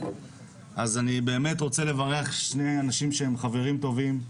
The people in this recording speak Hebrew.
אז אני באמת רוצה לברך שני אנשים שהם חברים טובים,